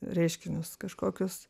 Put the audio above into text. reiškinius kažkokius